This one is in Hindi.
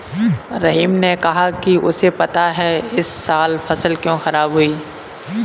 रहीम ने कहा कि उसे पता है इस साल फसल क्यों खराब हुई